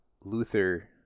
Luther